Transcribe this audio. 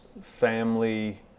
family